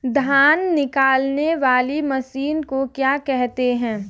धान निकालने वाली मशीन को क्या कहते हैं?